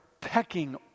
pecking